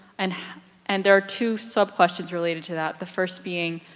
and and there are two sub questions related to that. the first being,